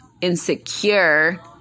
insecure